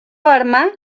arma